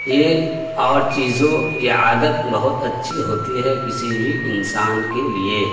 یہ اور چیزوں یا عادت بہت اچھی ہوتی ہے کسی بھی انسان کے لیے